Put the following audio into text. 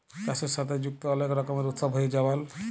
চাষের সাথে যুক্ত অলেক রকমের উৎসব হ্যয়ে যেমল